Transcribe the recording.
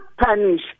punish